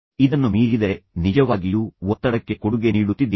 ಇದನ್ನು ಮೀರಿದರೆ ನೀವು ನಿಜವಾಗಿಯೂ ಒತ್ತಡಕ್ಕೆ ಕೊಡುಗೆ ನೀಡುತ್ತಿದ್ದೀರಿ